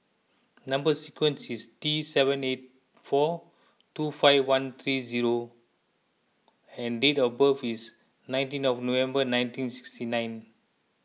Number Sequence is T seven eight four two five one three zero and date of birth is nineteen of November nineteen sixty nine